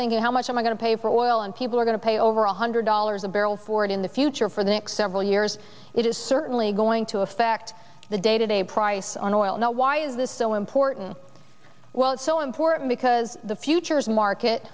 thinking how much am i going to pay for oil and people are going to pay over one hundred dollars a barrel for it in the future for the next several years it is certainly going to affect the day to day price on oil now why is this so important well it's so important because the futures market